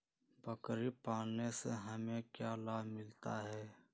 बकरी पालने से हमें क्या लाभ मिलता है?